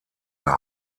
der